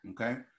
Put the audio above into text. okay